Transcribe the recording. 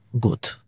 good